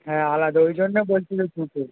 হ্যাঁ আলাদা ওই জন্যে বলছি তো দুটো